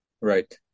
Right